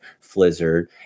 Flizzard